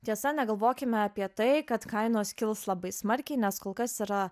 tiesa negalvokime apie tai kad kainos kils labai smarkiai nes kol kas yra